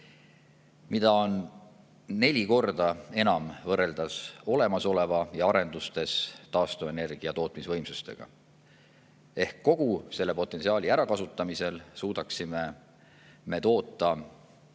Seda on neli korda enam võrreldes olemasoleva ja arendustes taastuvenergia tootmisvõimsustega. Ehk kogu selle potentsiaali ärakasutamisel suudaksime me toota